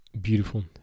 beautiful